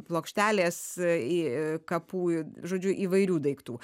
plokštelės į kapų žodžiu įvairių daiktų